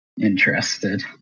interested